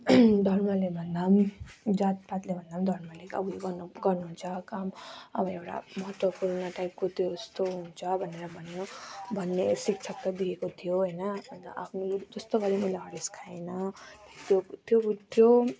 धर्मले भन्दा जात पातले भन्दा पनि धर्मले अब उयो गर्नु गर्नु हुन्छ काम अब एउटा महत्त्वपूर्ण टाइपको त्यो यस्तो हुन्छ भनेर भन्यो भन्ने शिक्षा त दिएको थियो होइन अन्त आफूले जस्तो गरेँ नि मैले हरेस खाएन त्यो त्यो त्यो